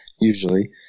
usually